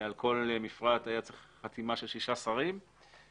על כל מפרט היה צריך חתימה של שישה שרים ואמרנו